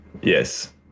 yes